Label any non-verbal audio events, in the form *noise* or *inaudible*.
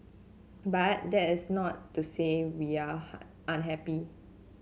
but that is not to say we are *unintelligible* unhappy